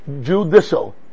judicial